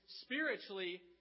spiritually